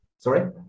Sorry